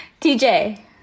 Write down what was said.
TJ